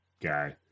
guy